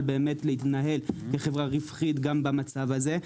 באמת להתנהל כחברה רווחית גם במצב הזה?